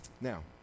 Now